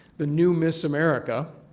the new miss america.